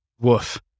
Woof